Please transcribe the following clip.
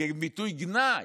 כביטוי גנאי,